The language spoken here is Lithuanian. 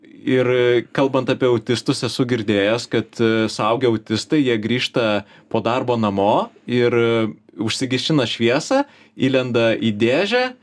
ir kalbant apie autistus esu girdėjęs kad suaugę autistai jie grįžta po darbo namo ir užsigesina šviesą įlenda į dėžę